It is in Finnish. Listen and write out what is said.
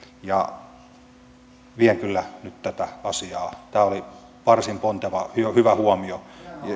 ja vien kyllä nyt tätä asiaa tämä oli varsin ponteva ja hyvä huomio